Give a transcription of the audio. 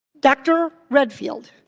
dr. redfield,